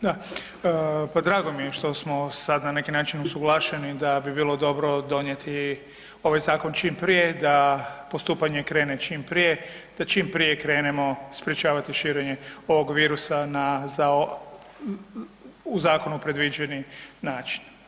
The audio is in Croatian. Da, pa drago mi je što smo sad na neki način usuglašeni da bi bilo dobro donijeti ovaj zakon čim prije, da postupanje krene čim prije, da čim prije krenemo sprječavati širenje ovog virusa za ovo, u zakonu predviđeni način.